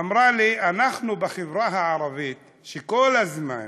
אמרה לי: אנחנו בחברה הערבית, כל הזמן